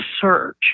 search